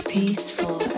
Peaceful